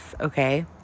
okay